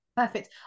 perfect